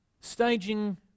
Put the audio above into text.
staging